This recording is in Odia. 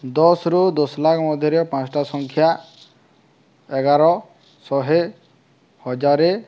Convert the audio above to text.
ଦଶରୁୁ ଦଶ ଲକ୍ଷ ମଧ୍ୟରେ ପାଞ୍ଚଟା ସଂଖ୍ୟା ଏଗାର ଶହେ ହଜାରେ